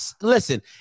Listen